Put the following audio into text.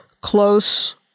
close